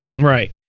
right